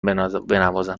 بنوازم